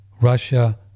Russia